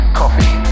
coffee